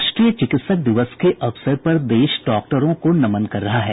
राष्ट्रीय चिकित्सक दिवस के अवसर पर देश डॉक्टरों को नमन कर रहा है